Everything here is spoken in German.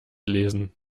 lesen